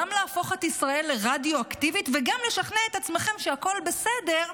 גם להפוך את ישראל לרדיואקטיבית וגם לשכנע את עצמכם שהכול בסדר,